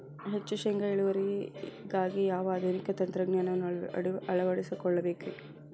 ಹೆಚ್ಚು ಶೇಂಗಾ ಇಳುವರಿಗಾಗಿ ಯಾವ ಆಧುನಿಕ ತಂತ್ರಜ್ಞಾನವನ್ನ ಅಳವಡಿಸಿಕೊಳ್ಳಬೇಕರೇ?